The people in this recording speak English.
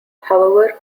however